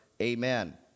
Amen